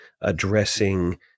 addressing